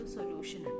Solution